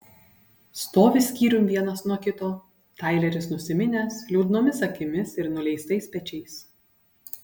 stovi skyrium vienas nuo kito taileris nusiminęs liūdnomis akimis ir nuleistais pečiais